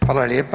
Hvala lijepa.